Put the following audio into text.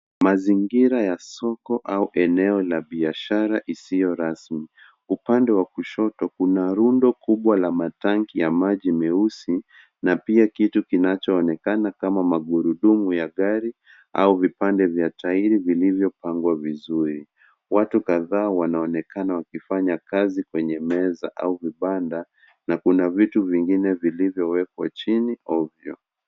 Mazingira ya soko au eneo la biashara isiyo rasmi. Upande wa kushoto kuna rundo kubwa la matanki ya maji meusi na pia kitu kinachoonekana kama magurudumu ya gari au vipande vya tairi vilivyopangwa vizuri. Watu kadhaa wanaonekana wakifanya kazi kwenye meza au vibanda na kuna vitu vingine vilivyowekwa chini ovyo.